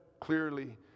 clearly